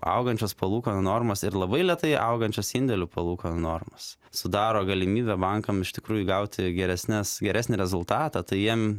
augančios palūkanų normos ir labai lėtai augančios indėlių palūkanų normos sudaro galimybę bankam iš tikrųjų gauti geresnes geresnį rezultatą tai jiem